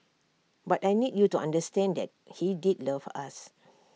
but I need you to understand that he did love us